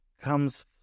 Comes